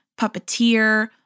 puppeteer